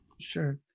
Sure